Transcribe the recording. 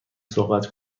صحبت